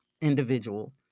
individual